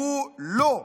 הוא לא.